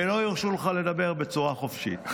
ולא הרשו לך לדבר בצורה חופשית.